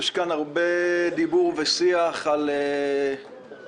יש כאן הרבה דיבור ושיח על ענייניות,